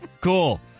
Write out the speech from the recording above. Cool